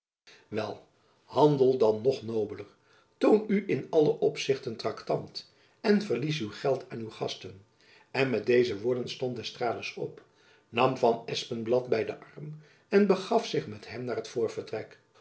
wel handel dan nog nobeler toon u in alle opzichten traktant en verlies uw geld aan uw gasten en met deze woorden stond d'estrades op nam van espenblad by den arm en begaf zich met hem naar het